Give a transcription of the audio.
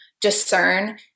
discern